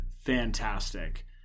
fantastic